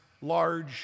large